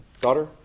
daughter